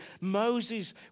Moses